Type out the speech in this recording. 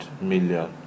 million